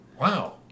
Wow